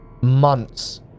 months